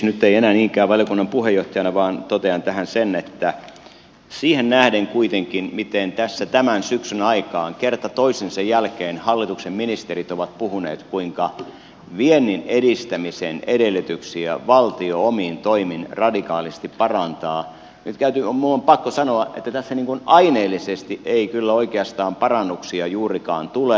nyt en enää niinkään valiokunnan puheenjohtajana totean tähän sen että siihen nähden kuitenkin miten tässä tämän syksyn aikaan kerta toisensa jälkeen hallituksen ministerit ovat puhuneet kuinka viennin edistämisen edellytyksiä valtio omin toimin radikaalisti parantaa minun on pakko sanoa että tässä niin kuin aineellisesti ei kyllä oikeastaan parannuksia juurikaan tule